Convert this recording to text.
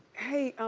hey,